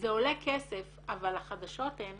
זה עולה כסף אבל החדשות הן